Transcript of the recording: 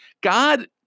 God